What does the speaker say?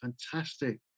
fantastic